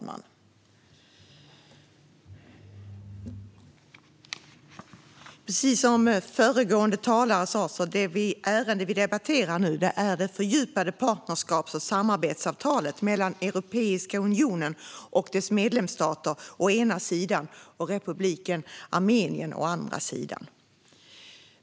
Herr talman! Det ärende vi nu debatterar är, som föregående talare sa, Fördjupat partnerskaps och samarbetsavtal mellan Europeiska unionen och dess medlemsstater, å ena sidan, och Republiken Armenien, å andra sidan .